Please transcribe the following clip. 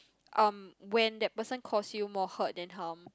um when that person cause you more hurt than harm